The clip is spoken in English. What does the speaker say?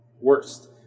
Worst